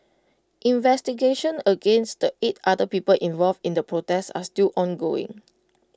investigations against the eight other people involved in the protest are still ongoing